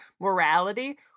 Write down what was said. morality